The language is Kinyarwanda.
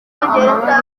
amabaruwa